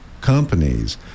companies